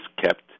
kept